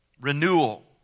renewal